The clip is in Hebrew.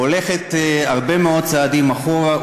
הולכת הרבה מאוד צעדים אחורה.